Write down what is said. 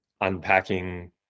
unpacking